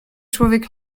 człowiek